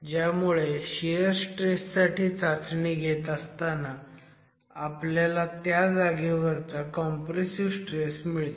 त्यामुळे shear stress साठी चाचणी घेत असताना आपल्याला त्या जागेवरचा कॉम्प्रेसिव्ह स्ट्रेस मिळतो